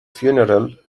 funeral